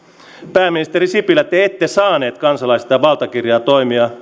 pääministeri sipilä te ette saaneet kansalaisilta valtakirjaa toimia